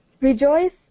Rejoice